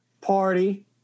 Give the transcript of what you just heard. party